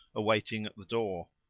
awaiting at the door.